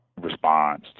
response